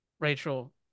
Rachel